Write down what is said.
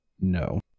No